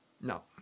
no